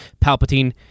Palpatine